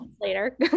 Later